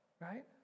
right